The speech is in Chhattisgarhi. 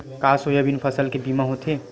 का सोयाबीन फसल के बीमा होथे?